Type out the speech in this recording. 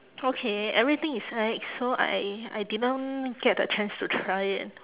okay everything is ex so I I didn't get the chance to try it